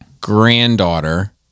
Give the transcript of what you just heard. granddaughter